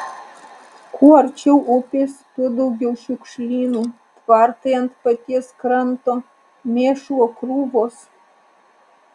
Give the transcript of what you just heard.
kuo arčiau upės tuo daugiau šiukšlynų tvartai ant paties kranto mėšlo krūvos